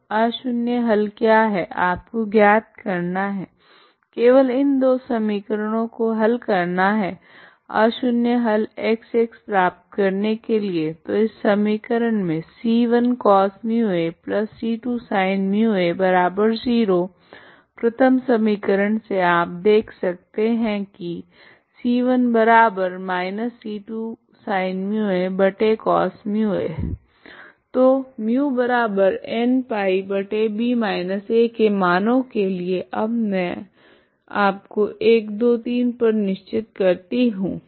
तो अशून्य हल क्या है आपको ज्ञात करना है तो केवल इन दो समीकरणों को हल करना है अशून्य हल X प्राप्त करने के लिए तो इस समीकरण से c1cosμac2sinμa0 प्रथम समीकरण से आप देख सकते है की तो μnπb−a के मानो के लिए अब मैं को 123 पर निश्चित करती हूँ